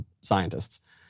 scientists